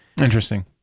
Interesting